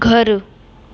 घरु